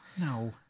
no